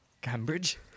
Cambridge